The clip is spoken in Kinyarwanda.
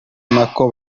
nako